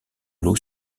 l’eau